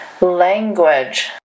language